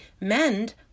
MEND